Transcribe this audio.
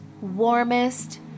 warmest